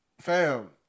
Fam